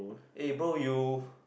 eh bro you